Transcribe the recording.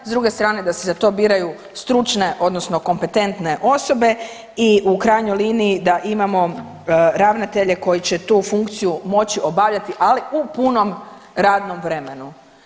S druge strane da se za to biraju stručne odnosno kompetentne osobe i u krajnjoj liniji da imamo ravnatelje koji će tu funkciju moći obavljati ali u punom radnom vremenu.